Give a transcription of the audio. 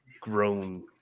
grown